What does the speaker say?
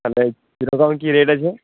তাহলে কীরকম কী রেট আছে